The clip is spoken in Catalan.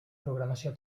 programació